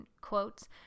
quotes